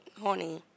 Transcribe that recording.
horny